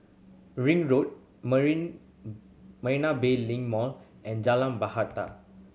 Ring Road Marina Bay Link Mall and Jalan Bahater